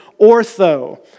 ortho